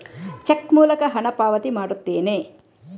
check ಮೂಲಕ ಹಣ ಪಾವತಿ ಮಾಡುತ್ತೇನೆ